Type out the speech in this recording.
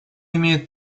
имеет